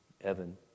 Evan